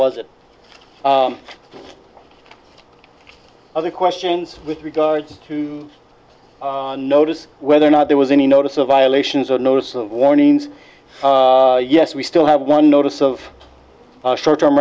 was it other questions with regard to notice whether or not there was any notice of violations or notice of warnings yes we still have one notice of short term